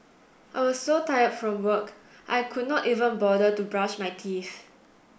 I was so tired from work I could not even bother to brush my teeth